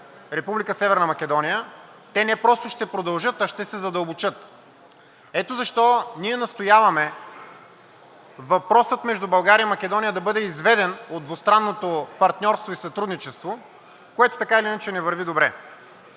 Македония, те не просто ще продължат, а ще се задълбочат. Ето защо ние настояваме въпросът между България и Македония да бъде изведен от двустранното партньорство и сътрудничество, което така или иначе не върви добре.